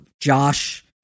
Josh